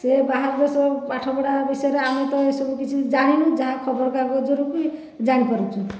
ସେ ବାହାର ଦେଶ ପାଠପଢ଼ା ବିଷୟରେ ଆମେତ ଏସବୁ କିଛି ଜାଣିନୁ ଯାହା ଖବରକାଗଜରୁ କି ଜାଣିପାରୁଛୁ